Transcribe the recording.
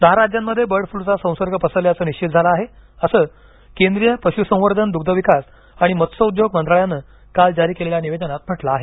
दहा राज्यांमध्ये बर्ड फ्ल्यूचा संसर्ग पसरल्याचं निश्चित झालं आहे असं केंद्रीय पशुसंवर्धन दुग्धविकास आणि मत्स्यउद्योग मंत्रालयानं काल जारी केलेल्या निवेदनात म्हटलं आहे